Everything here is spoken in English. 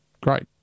great